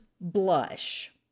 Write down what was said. Blush